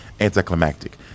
anticlimactic